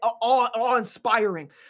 awe-inspiring